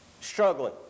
struggling